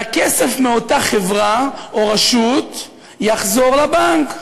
והכסף מאותה חברה או רשות יחזור לבנק,